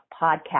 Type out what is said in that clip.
podcast